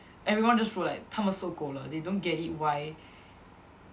everyone just wrote like 他们受够了 they don't get it why